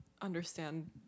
understand